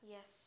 Yes